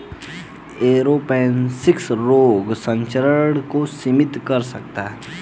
aeroponics रोग संचरण को सीमित कर सकता है